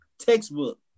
Textbook